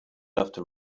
after